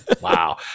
Wow